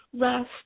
rest